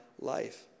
life